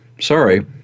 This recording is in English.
sorry